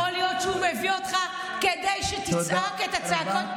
יכול להיות שהוא מביא אותך כדי שתצעק את הצעקות?